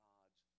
God's